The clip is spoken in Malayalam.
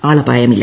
ആളപായമില്ല